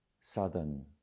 southern